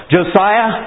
Josiah